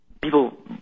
people